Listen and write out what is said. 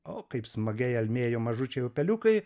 o kaip smagiai almėjo mažučiai upeliukai